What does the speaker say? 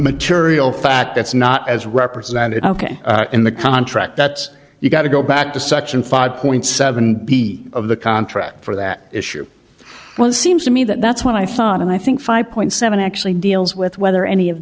material fact that's not as represented ok in the contract that you've got to go back to section five point seven b of the contract for that issue well it seems to me that that's what i fought and i think five point seven actually deals with whether any of